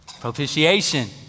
propitiation